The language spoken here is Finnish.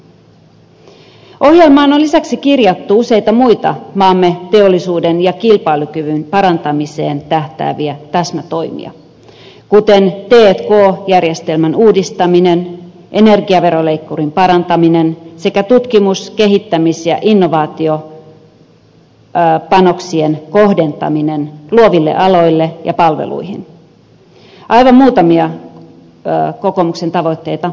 ohjelmaan on lisäksi kirjattu useita muita maamme teollisuuden ja kilpailukyvyn parantamiseen tähtääviä täsmätoimia kuten t k järjestelmän uudistaminen energiaveroleikkurin parantaminen sekä tutkimus kehittämis ja innovaatiopanoksien kohdentaminen luoville aloille ja palveluihin aivan muutamia kokoomuksen tavoitteita mainitakseni